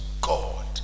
God